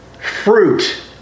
fruit